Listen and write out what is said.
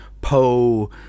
Poe